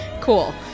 Cool